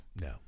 no